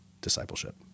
discipleship